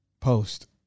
Post